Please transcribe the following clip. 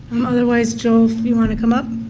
um otherwise, joel, if you want to come up.